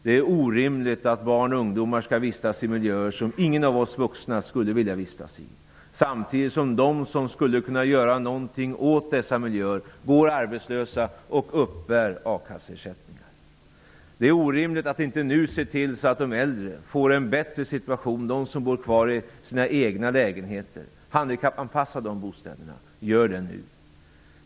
Det är orimligt att barn och ungdomar skall vistas i miljöer som ingen av oss vuxna skulle vilja vistas i samtidigt som de som skulle kunna göra någonting åt dessa miljöer går arbetslösa och uppbär akasseersättning. Det är också orimligt att man inte ser till att de äldre som bor kvar i sina egna lägenheter får en bättre situation. Handikappanpassa de bostäderna! Gör det nu!